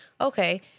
okay